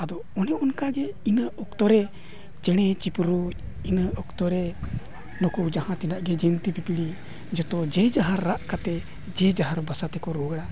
ᱟᱫᱚ ᱚᱱᱮ ᱚᱱᱠᱟᱜᱮ ᱤᱱᱟᱹ ᱚᱠᱛᱚᱨᱮ ᱪᱮᱬᱮ ᱪᱤᱯᱨᱩᱫ ᱤᱱᱟᱹ ᱚᱠᱛᱚᱨᱮ ᱱᱩᱠᱩ ᱡᱟᱦᱟᱸ ᱛᱤᱱᱟᱹᱜ ᱜᱮ ᱡᱤᱱᱛᱤ ᱯᱤᱯᱲᱤ ᱡᱚᱛᱚ ᱡᱮ ᱡᱟᱦᱟᱨ ᱨᱟᱜ ᱠᱟᱛᱮᱫ ᱡᱮ ᱡᱟᱦᱟᱨ ᱵᱟᱥᱟ ᱛᱮᱠᱚ ᱨᱩᱣᱟᱹᱲᱟ